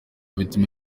bituma